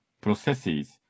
processes